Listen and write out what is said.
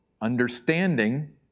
understanding